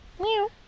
Meow